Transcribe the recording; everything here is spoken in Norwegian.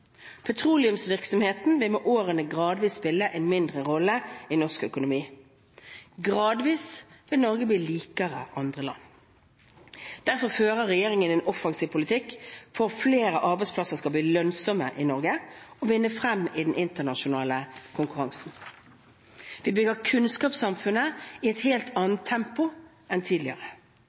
Petroleumsvirksomheten vil med årene gradvis spille en mindre rolle i norsk økonomi. Gradvis vil Norge bli likere andre land. Derfor fører regjeringen en offensiv politikk for at flere arbeidsplasser skal bli lønnsomme i Norge og vinne frem i den internasjonale konkurransen. Vi bygger kunnskapssamfunnet i et helt annet tempo enn tidligere